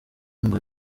ngo